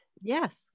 Yes